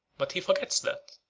but he forgets that,